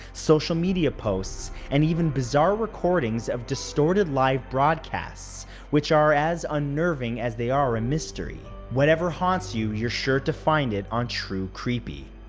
social media posts, and even bizarre recordings of distorted live broadcasts which are as unnerving as they are a mystery. whatever haunts you, you're sure to find it on true creepy.